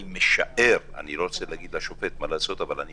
אני לא רוצה להגיד לשופט מה לעשות אבל אני